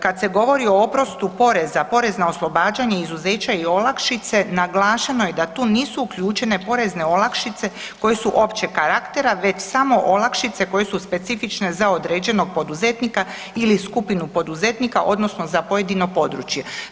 Kad se govori o oprostu poreza, porez na oslobađanje izuzeća i olakšice naglašeno je da tu nisu uključene porezne olakšice koje su općeg karaktera već samo olakšice koje su specifične za određenog poduzetnika ili skupinu poduzetnika odnosno za pojedino područje.